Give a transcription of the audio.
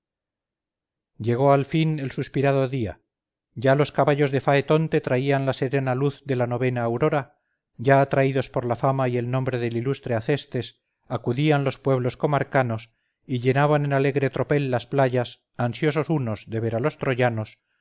llegó al fin el suspirado día ya los caballos de faetonte traían la serena luz de la novena aurora ya atraídos por la fama y el nombre del ilustre acestes acudían los pueblos comarcanos y llenaban en alegre tropel las playas ansiosos unos de ver a los